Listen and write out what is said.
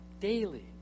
daily